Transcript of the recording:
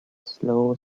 slow